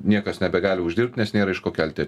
niekas nebegali uždirbt nes nėra iš ko kelti